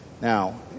Now